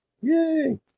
Yay